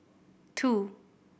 two